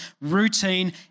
routine